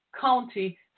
county